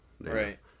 Right